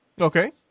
Okay